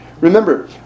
Remember